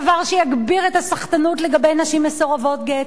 דבר שיגביר את הסחטנות לגבי נשים מסורבות גט,